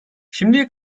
şimdiye